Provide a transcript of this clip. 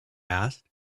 asked